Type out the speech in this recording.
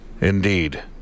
Indeed